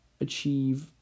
achieve